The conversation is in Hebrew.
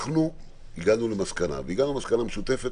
אנחנו הגענו למסקנה, והגענו למסקנה משותפת